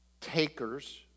takers